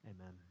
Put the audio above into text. Amen